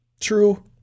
True